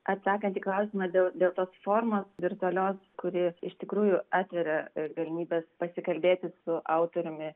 atsakant į klausimą dėl dėl tos formos virtualios kuri iš tikrųjų atveria ir galimybes pasikalbėti su autoriumi